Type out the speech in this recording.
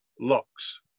locks